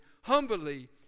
humbly